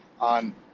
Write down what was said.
on